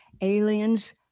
aliens